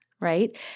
right